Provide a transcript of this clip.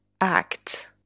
act